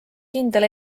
kindel